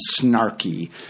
snarky